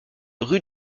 rue